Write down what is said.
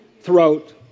throughout